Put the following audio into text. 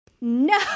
no